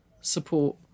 support